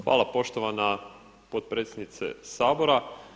Hvala poštovana potpredsjednice Sabora.